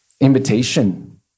invitation